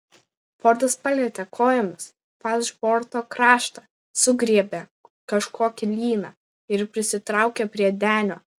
fordas palietė kojomis falšborto kraštą sugriebė kažkokį lyną ir prisitraukė prie denio